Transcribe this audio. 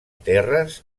terres